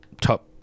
top